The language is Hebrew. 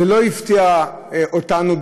זה לא הפתיע אותנו,